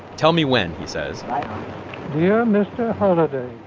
tell me when, he says yeah mr. holliday.